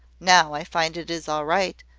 now i find it is all right,